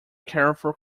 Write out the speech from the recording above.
careful